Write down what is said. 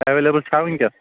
available چھا وُنکیٚس